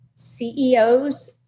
CEOs